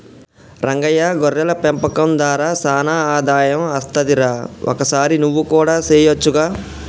రంగయ్య గొర్రెల పెంపకం దార సానా ఆదాయం అస్తది రా ఒకసారి నువ్వు కూడా సెయొచ్చుగా